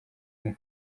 umwe